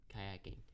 kayaking